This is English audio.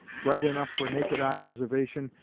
bright enough for naked eye observation,